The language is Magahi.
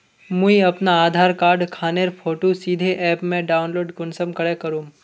मुई अपना आधार कार्ड खानेर फोटो सीधे ऐप से डाउनलोड कुंसम करे करूम?